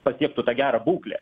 pasiektų tą gerą būklę